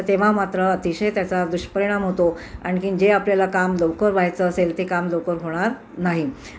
तर तेव्हा मात्र अतिशय त्याचा दुष्परिणाम होतो आणखीन जे आपल्याला काम लवकर व्हायचं असेल ते काम लवकर होणार नाही